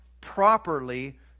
properly